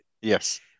Yes